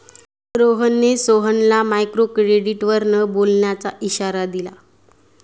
रोहनने सोहनला मायक्रोक्रेडिटवर न बोलण्याचा इशारा दिला